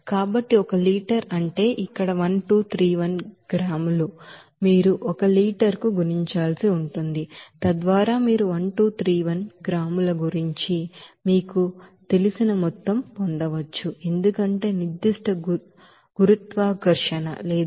కాబట్టి ఒక లీటర్ అంటే ఇక్కడ 1231 గ్రాములు మీరు ఈ ఒక లీటర్ కు గుణించాల్సి ఉంటుంది తద్వారా మీరు 1231 గ్రాముల గురించి మీకు తెలిసిన మొత్తం పొందవచ్చు ఎందుకంటే నిర్దిష్ట గురుత్వాకర్షణ 1